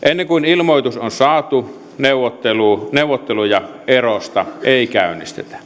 ennen kuin ilmoitus on saatu neuvotteluja erosta ei käynnistetä